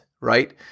right